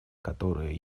которые